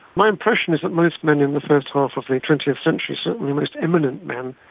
my impression is that most men in the first half of the twentieth century, certainly most eminent men,